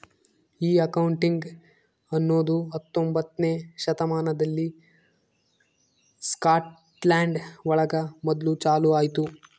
ಈ ಅಕೌಂಟಿಂಗ್ ಅನ್ನೋದು ಹತ್ತೊಂಬೊತ್ನೆ ಶತಮಾನದಲ್ಲಿ ಸ್ಕಾಟ್ಲ್ಯಾಂಡ್ ಒಳಗ ಮೊದ್ಲು ಚಾಲೂ ಆಯ್ತು